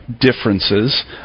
differences